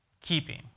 keeping